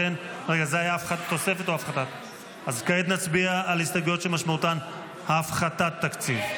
כעת נצביע על הסתייגויות שמשמעותן הפחתת תקציב.